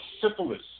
syphilis